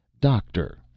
Doctor